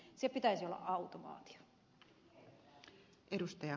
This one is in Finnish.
sen pitäisi olla automaatio